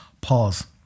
pause